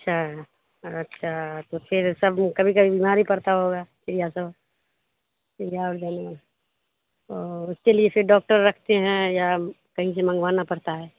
اچھا اچھا تو پھر سب کبھی کبھی بیماری پڑتا ہوگا چڑیا سب چڑیا اور لینے میں تو اس کے لیے پھر ڈاکٹر رکھتے ہیں یا کہیں سے منگوانا پڑتا ہے